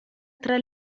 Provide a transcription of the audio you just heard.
tra